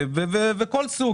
הסברה בכל סוג,